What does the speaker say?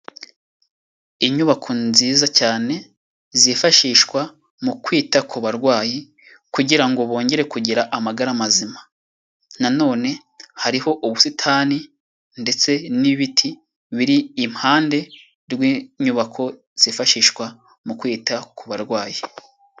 Inyubako nziza cyane zifashishwa mu kwita ku barwayi, kugira bongere kugira amagara mazima, na none hariho ubusitani ndetse n'ibiti biri impande rw'inyubako zifashishwa mu kwita ku barwayi.